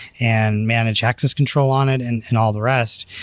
and manage access control on it and and all the rest.